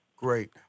Great